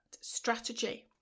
strategy